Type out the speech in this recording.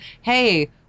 hey